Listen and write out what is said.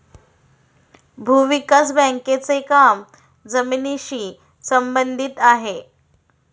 भूविकास बँकेचे काम जमिनीशी संबंधित आहे